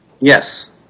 Yes